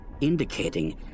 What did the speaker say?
indicating